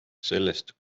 sellest